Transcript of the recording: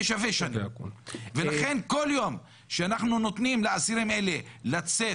זה שווה שנה לכן כל יום שאנחנו נותנים לאסירים האלה לצאת,